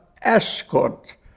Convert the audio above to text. escort